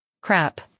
Crap